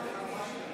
מתקנת למשרתים),